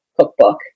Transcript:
cookbook